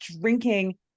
Drinking